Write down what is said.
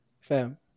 fam